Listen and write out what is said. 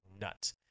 nuts